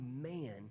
man